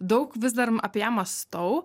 daug vis dar apie ją mąstau